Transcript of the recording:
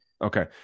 Okay